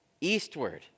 Eastward